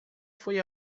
foi